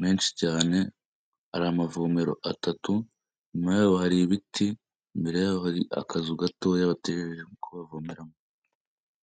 menshi cyane, hari amavomero atatu, inyuma yaho hari ibiti, imbere yabo hari akazu gatoya gaterereye ko bavomeramo.